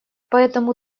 поэтому